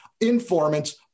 informants